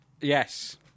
Yes